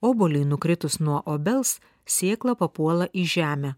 obuoliui nukritus nuo obels sėkla papuola į žemę